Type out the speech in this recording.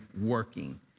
working